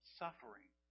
suffering